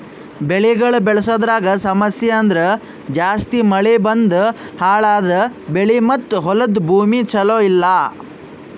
ಬೆಳಿಗೊಳ್ ಬೆಳಸದ್ರಾಗ್ ಸಮಸ್ಯ ಅಂದುರ್ ಜಾಸ್ತಿ ಮಳಿ ಬಂದು ಹಾಳ್ ಆದ ಬೆಳಿ ಮತ್ತ ಹೊಲದ ಭೂಮಿ ಚಲೋ ಇಲ್ಲಾ